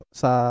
sa